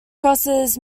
crosses